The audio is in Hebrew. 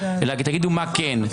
אלא תגידו מה כן.